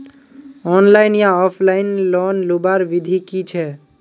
Online या offline loan लुबार विधि की छे?